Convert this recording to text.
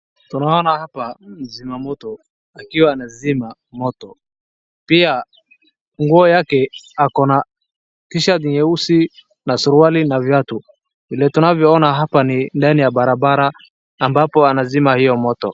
Tunaona hapa zimamoto akiwa anazima moto. Pia nguo yake ako na t-shirt nyeusi na suruali na viatu. Vile tunavyo ona hapa ni ndani ya barabara ambapo anazima hiyo moto.